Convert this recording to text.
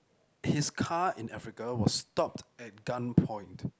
his car in Africa was stopped at gunpoint